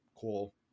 Cool